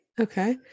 Okay